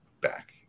back